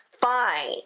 fine